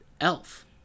Elf